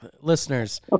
Listeners